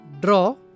draw